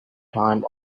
time